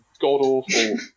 god-awful